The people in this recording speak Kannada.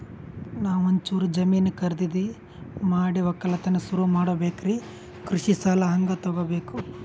ನಾ ಒಂಚೂರು ಜಮೀನ ಖರೀದಿದ ಮಾಡಿ ಒಕ್ಕಲತನ ಸುರು ಮಾಡ ಬೇಕ್ರಿ, ಕೃಷಿ ಸಾಲ ಹಂಗ ತೊಗೊಬೇಕು?